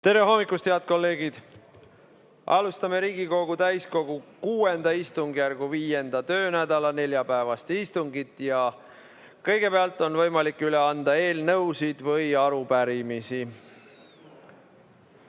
Tere hommikust, head kolleegid! Alustame Riigikogu täiskogu VI istungjärgu 5. töönädala neljapäevast istungit. Kõigepealt on võimalik üle anda eelnõusid või arupärimisi. Henn